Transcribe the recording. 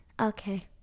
Okay